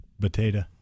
potato